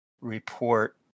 report